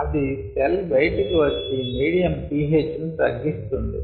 అది సెల్ బయటకు వచ్చి మీడియం pH ని తగ్గిస్తుంది